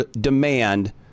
demand